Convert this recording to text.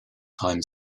time